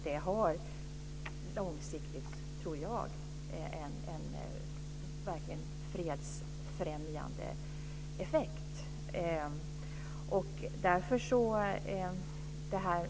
Det har en fredsfrämjande effekt på lång sikt.